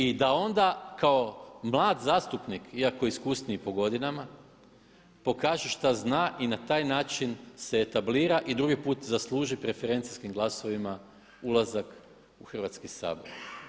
I da onda kao mlad zastupnik, iako iskusniji po godinama, pokaže što zna i na taj način se etablira i drugi put zasluži preferencijskim glasovima ulazak u Hrvatski sabor.